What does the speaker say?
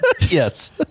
Yes